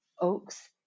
oaks